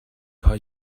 paar